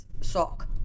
sock